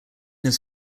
his